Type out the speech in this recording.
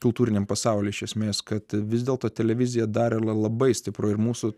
kultūriniam pasauliui iš esmės kad vis dėlto televizija dar labai stipru ir mūsų